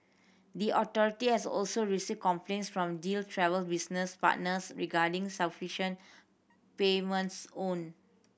the authority has also received complaints from Deal Travel business partners regarding signification payments owed